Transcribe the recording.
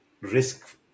risk